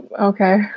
Okay